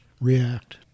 react